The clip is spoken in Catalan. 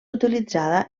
utilitzada